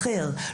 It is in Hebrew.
אחר,